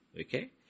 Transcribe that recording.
okay